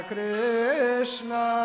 Krishna